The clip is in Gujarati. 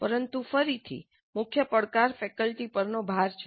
પરંતુ ફરીથી મુખ્ય પડકાર ફેકલ્ટી પરનો ભાર છે